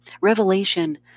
revelation